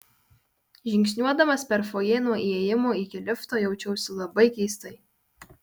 žingsniuodamas per fojė nuo įėjimo iki lifto jaučiausi labai keistai